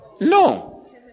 No